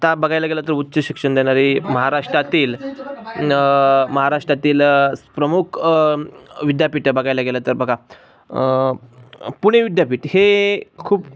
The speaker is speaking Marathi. आता बघायला गेलं तर उच्च शिक्षण देणारी महाराष्ट्रातील महाराष्ट्रातील प्रमुख विद्यापीठ बघायला गेलं तर बघा पुणे विद्यापीठ हे खूप